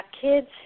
kids